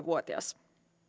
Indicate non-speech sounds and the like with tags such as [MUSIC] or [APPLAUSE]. [UNINTELLIGIBLE] vuotias